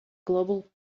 global